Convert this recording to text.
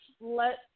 let